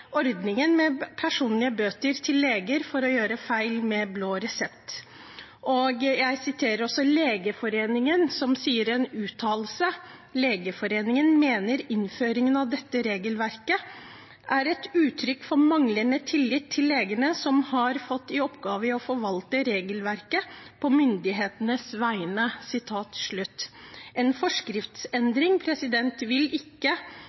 ordningen med personlige bøter til leger for å gjøre feil med blå resept. Jeg vil også sitere Legeforeningen, som i en uttalelse sier at de mener at innføringen av dette regelverket er et uttrykk for manglende tillit til legene, som har fått i oppgave å forvalte regelverket på myndighetenes vegne. En forskriftsendring, som regjeringen foreslår, vil ikke